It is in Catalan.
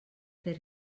per